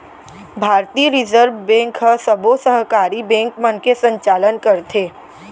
भारतीय reserve bank ह सबो सहकारी बेंक मन के संचालन करथे